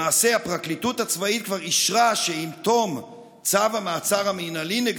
למעשה הפרקליטות הצבאית כבר אישרה שעם תום צו המעצר המינהלי נגדו,